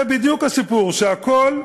זה בדיוק הסיפור: שהכול,